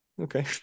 okay